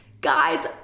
Guys